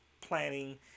planning